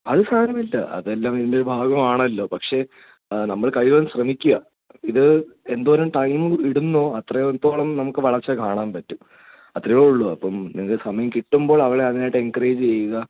അത് സാരമില്ല അതെല്ലാം ഇതിന്റെ ഒരു ഭാഗം ആണല്ലോ പക്ഷെ നമ്മൾ കഴിവതും ശ്രമിക്കുക ഇത് എന്തോരം ടൈം ഇടുന്നോ അത്രത്തോളം നമുക്ക് വളർച്ച കാണാൻ പറ്റും അത്രേയുള്ളൂ അപ്പം നിങ്ങൾക്ക് സമയം കിട്ടുമ്പോൾ അവളെ അതിനായിട്ട് എൻകറേജ് ചെയ്യുക